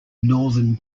northern